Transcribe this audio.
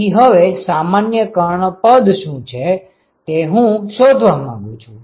તેથી હવે સામાન્ય કર્ણ પદ શું છે તે હું શોધવા માંગુ છું